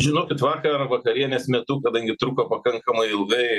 žinokit vakar vakarienės metu kadangi truko pakankamai ilgai